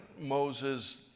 Moses